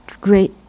great